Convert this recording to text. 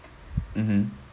mmhmm